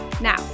Now